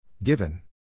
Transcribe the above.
Given